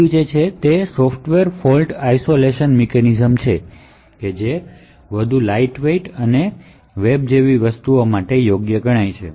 બીજી રીત એ સોફ્ટવેર ફોલ્ટ આઇસોલેશન મિકેનિઝમ છે જે વધુ લાઇટવેઇટ અને વેબ જેવી વસ્તુઓ માટે યોગ્ય છે